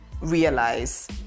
realize